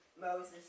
Moses